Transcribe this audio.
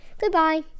goodbye